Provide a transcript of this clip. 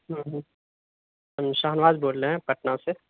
ہوں ہوں ہم شاہنواز بول رہے ہیں پٹنہ سے